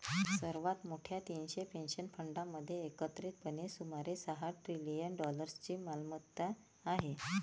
सर्वात मोठ्या तीनशे पेन्शन फंडांमध्ये एकत्रितपणे सुमारे सहा ट्रिलियन डॉलर्सची मालमत्ता आहे